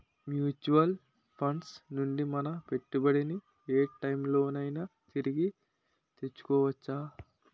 Mutual funds నుండి మన పెట్టుబడిని ఏ టైం లోనైనా తిరిగి తీసుకోవచ్చా?